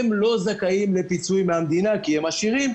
הם לא זכאים לפיצוי מהמדינה כי הם עשירים,